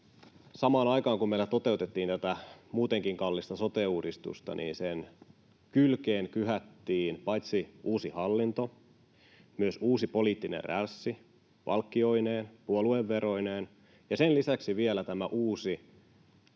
Samaan aikaan, kun meillä toteutettiin tätä muutenkin kallista sote-uudistusta, sen kylkeen kyhättiin paitsi uusi hallinto myös uusi poliittinen rälssi palkkioineen ja puolueveroineen ja sen lisäksi vielä tämä uusi